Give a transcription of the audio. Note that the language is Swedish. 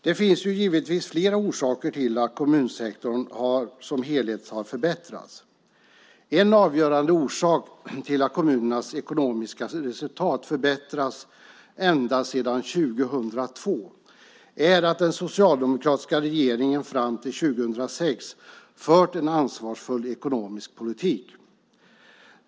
Det finns givetvis flera orsaker till att kommunsektorn som helhet har förbättrats. En avgörande orsak till att kommunernas ekonomiska resultat förbättrats ända sedan 2002 är att den socialdemokratiska regeringen fram till 2006 fört en ansvarsfull ekonomisk politik.